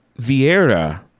Vieira